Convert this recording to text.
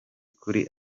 kuri